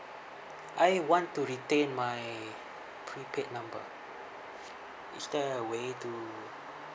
I want to retain my prepaid number is there a way to